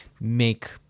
make